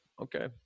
okay